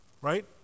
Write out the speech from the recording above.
Right